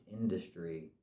industry